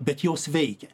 bet jos veikia